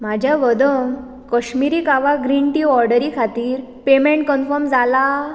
म्हज्या व्हद Kashmiri kahwa green tea ऑर्डरी खातीर पेमेंट कन्फर्म जाला